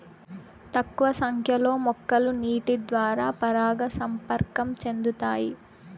తక్కువ సంఖ్య లో మొక్కలు నీటి ద్వారా పరాగ సంపర్కం చెందుతాయి